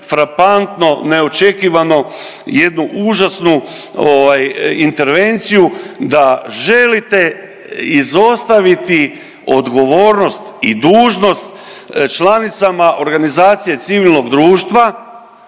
frapantno neočekivano jednu užasnu intervenciju da želite izostaviti odgovornost i dužnost članicama organizacije civilnog društva